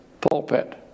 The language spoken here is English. pulpit